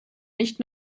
nicht